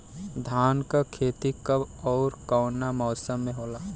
धान क खेती कब ओर कवना मौसम में होला?